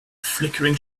flickering